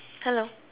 hello